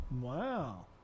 Wow